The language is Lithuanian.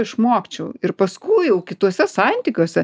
išmokčiau ir paskui jau kituose santykiuose